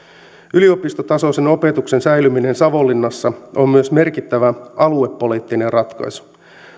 yliopistotasoisen opetuksen säilyminen savonlinnassa on myös merkittävä aluepoliittinen ratkaisu